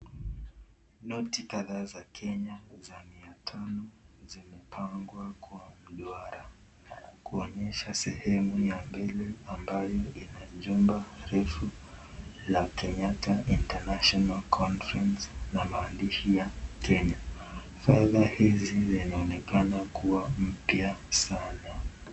Noti kadhaa za Kenya za mia tano zimepangwa kwa mduara, kuonyesha sehemu ya mbele ambayo ina jumba refu la (cs)Kenyatta International Conference(cs)na maandishi ya kenya. Fedha hizi zinaonekana kuwa mpya sana.